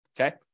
Okay